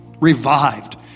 revived